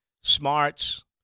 smarts